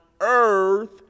earth